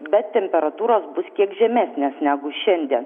bet temperatūros bus kiek žemesnės negu šiandien